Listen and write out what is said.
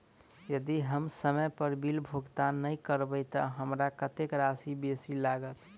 यदि हम समय पर बिल भुगतान नै करबै तऽ हमरा कत्तेक राशि बेसी लागत?